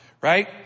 right